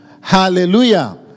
Hallelujah